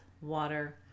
water